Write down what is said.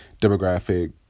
demographic